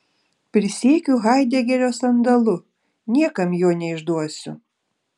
prisiekiu haidegerio sandalu niekam jo neišduosiu